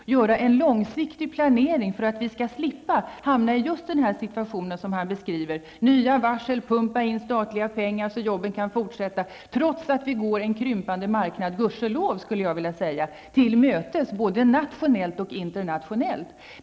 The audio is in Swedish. Det behöver göras en långsiktig planering för att vi skall slippa hamna i just den situation som försvarsministern beskriver: nya varsel, mer statliga pengar så att arbetena kan finnas kvar, trots att vi, gudskelov, går en krympande marknad till mötes både nationellt och internationellt.